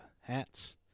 hats